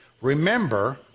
remember